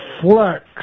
flex